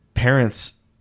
Parents